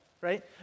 right